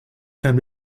can